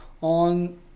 on